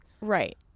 Right